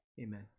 amen